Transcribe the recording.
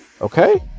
Okay